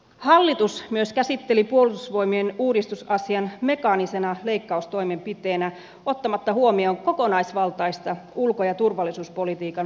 hallitus myös käsitteli puolustusvoimien uudistusasian mekaanisena leikkaustoimenpiteenä ottamatta huomioon kokonaisvaltaista ulko ja turvallisuuspolitiikan suunnittelua